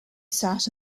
sat